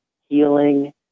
healing